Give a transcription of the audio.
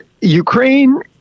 Ukraine